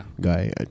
guy